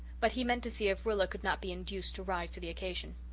but he meant to see if rilla could not be induced to rise to the occasion.